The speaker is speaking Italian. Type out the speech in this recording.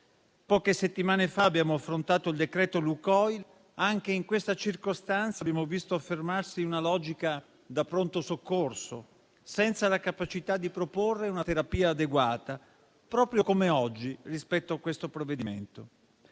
Poche settimane fa abbiamo affrontato il decreto Lukoil e anche in quella circostanza abbiamo visto affermarsi una logica da pronto soccorso, senza la capacità di proporre una terapia adeguata, proprio come oggi rispetto al provvedimento